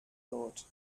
thought